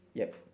ya